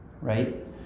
right